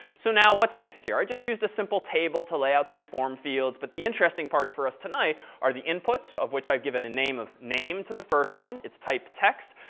so now, what's next here? i just used the simple table to lay out some form fields but the interesting parts for us tonight are the inputs of which i've given a name of name to the first one. it's typed text.